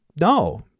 No